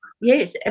Yes